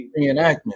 reenactment